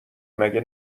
مگه